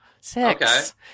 Six